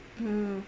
mm